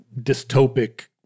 dystopic